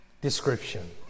description